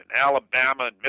Alabama